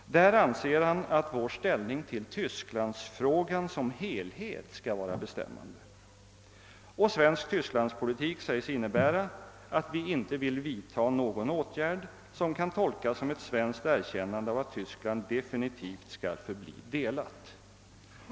Därvidlag anser han att vår ställning till tysklandsfrågan som helhet skall vara bestämmande. Och svensk tysklandspolitik säges innebära att vi inte vill vidta någon åtgärd som kan tolkas som ett svenskt erkännande av att Tyskland definitivt skall förbli delat.